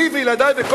אני וילדי וכל